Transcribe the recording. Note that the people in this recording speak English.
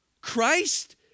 Christ